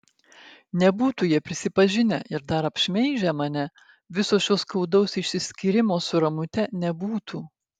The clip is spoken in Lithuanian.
nebūtų jie prisipažinę ir dar apšmeižę mane viso šio skaudaus išsiskyrimo su ramute nebūtų